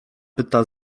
pyta